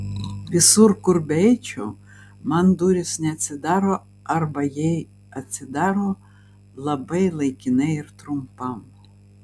visur kur beeičiau man durys neatsidaro arba jei atsidaro labai laikinai ir trumpam